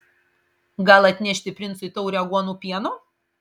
gal atnešti princui taurę aguonų pieno